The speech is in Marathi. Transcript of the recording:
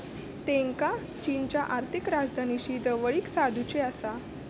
त्येंका चीनच्या आर्थिक राजधानीशी जवळीक साधुची आसा